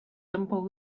simple